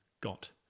got